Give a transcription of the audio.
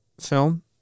film